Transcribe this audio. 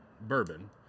bourbon